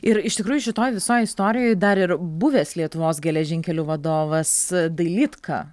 ir iš tikrųjų šitoj visoj istorijoj dar ir buvęs lietuvos geležinkelių vadovas dailydka